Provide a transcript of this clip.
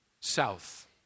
south